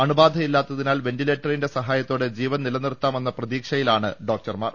അണുബാധയില്ലാത്തിനാൽ വെന്റി ലേറ്ററിന്റെ സഹായത്തോടെ ജീവൻ നിലനിർത്താ മെന്ന പ്രതീക്ഷയിലാണ് ഡോക്ടർമാർ